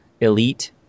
Elite